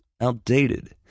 outdated